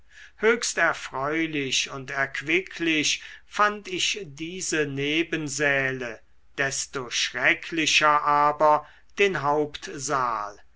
höchst erfreulich und erquicklich fand ich diese nebensäle desto schrecklicher aber den hauptsaal